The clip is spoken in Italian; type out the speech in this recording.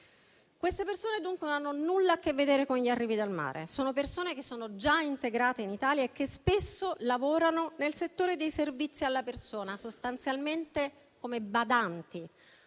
queste persone non hanno nulla a che vedere con gli arrivi dal mare: sono persone già integrate in Italia e che spesso lavorano nel settore dei servizi alla persona, sostanzialmente come badanti.